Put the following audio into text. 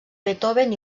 beethoven